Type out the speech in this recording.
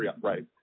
right